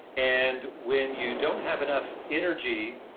and when you don't have enough energy,